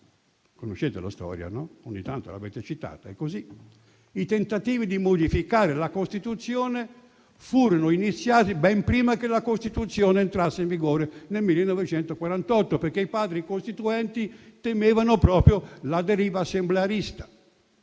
Conoscete la storia, ogni tanto l'avete citata: i tentativi di modificare la Costituzione furono iniziati ben prima che la Costituzione entrasse in vigore, nel 1948, perché i Padri costituenti temevano proprio la deriva assemblearista,